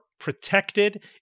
protected